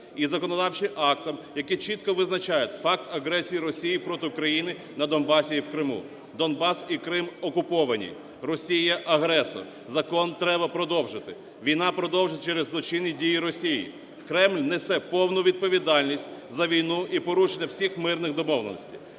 є законодавчим актом, який чітко визначає факт агресії Росії проти України на Донбасі і в Криму. Донбас і Крим окуповані. Росія – агресор. Закон треба продовжити. Війна продовжується через злочинні дії Росії. Кремль несе повну відповідальність за війну і порушення всіх мирних домовленостей.